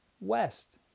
west